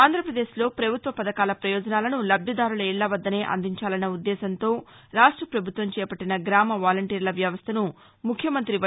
ఆంధ్రాపదేశ్లో ప్రభుత్వ పథకాల ప్రయోజనాలను లబ్దిదారుల ఇళ్ళవర్దనే అందించాలన్న ఉద్దేశ్వంతో రాష్ట ప్రభుత్వం చేపట్లిన గ్రామ వాలంటీర్ల వ్యవస్థను ముఖ్యమంత్రి వై